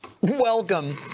Welcome